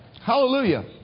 Hallelujah